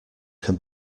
can